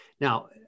Now